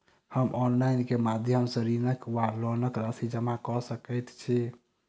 हम ऑनलाइन केँ माध्यम सँ ऋणक वा लोनक राशि जमा कऽ सकैत छी?